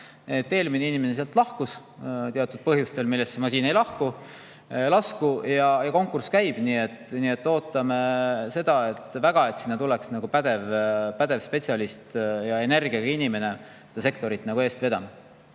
Eelmine inimene lahkus teatud põhjustel, millesse ma siin ei lasku. Konkurss käib. Nii et ootame väga, et sinna tuleks pädev spetsialist, energiaga inimene seda sektorit eest vedama.